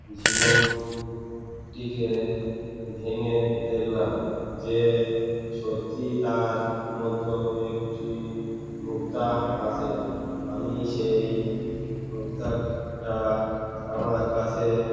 ঝিনুকটিকে ভেঙে দেখলাম যে সত্যিই তার মধ্যেও একটি মুক্তা আছে আমি সেই মুক্তাটা আমার কাছে